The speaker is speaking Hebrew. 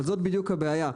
אבל זאת בדיוק הבעיה,